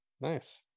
Nice